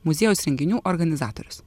muziejaus renginių organizatorius